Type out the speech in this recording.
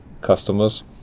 customers